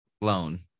loan